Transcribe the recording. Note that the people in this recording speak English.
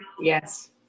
Yes